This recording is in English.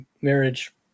marriage